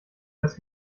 als